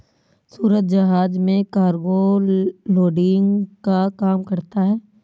सूरज जहाज में cargo loading का काम करता है